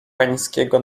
pańskiego